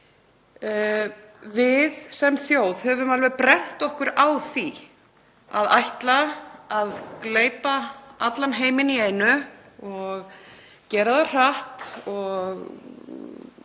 Við sem þjóð höfum brennt okkur á því að ætla að gleypa allan heiminn í einu og gera það hratt og